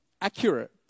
accurate